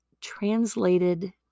translated